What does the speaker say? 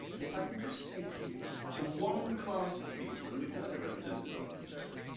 and if i can just take you to one class of people, and we've heard a representative of them today,